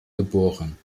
geboren